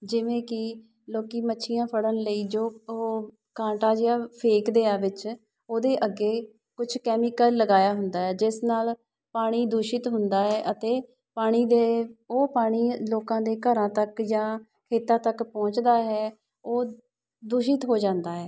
ਜਿਵੇਂ ਕਿ ਲੋਕ ਮੱਛੀਆਂ ਫੜਨ ਲਈ ਜੋ ਉਹ ਕਾਂਟਾ ਜਿਹਾ ਫੇਕ ਦੇ ਆ ਵਿੱਚ ਉਹਦੇ ਅੱਗੇ ਕੁਛ ਕੈਮੀਕਲ ਲਗਾਇਆ ਹੁੰਦਾ ਹੈ ਜਿਸ ਨਾਲ ਪਾਣੀ ਦੂਸ਼ਿਤ ਹੁੰਦਾ ਹੈ ਅਤੇ ਪਾਣੀ ਦੇ ਉਹ ਪਾਣੀ ਲੋਕਾਂ ਦੇ ਘਰਾਂ ਤੱਕ ਜਾਂ ਖੇਤਾਂ ਤੱਕ ਪਹੁੰਚਦਾ ਹੈ ਉਹ ਦੂਸ਼ਿਤ ਹੋ ਜਾਂਦਾ ਹੈ